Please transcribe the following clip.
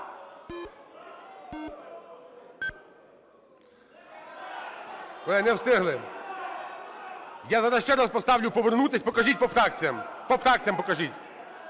Колеги, не встигли. Я зараз ще раз поставлю повернутися. Покажіть по фракціях. По фракціях покажіть.